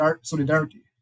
solidarity